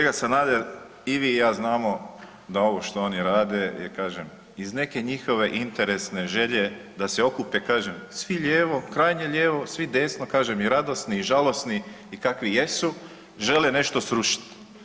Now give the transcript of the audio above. Kolega Sanader i vi i ja znamo da ovo što oni rade je kažem iz neke njihove interesne želje da se okupe kažem svi lijevo, krajnje lijevo, svi desno kažem i radosni i žalosni i kakvi jesu, žele nešto srušiti.